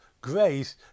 grace